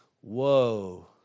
whoa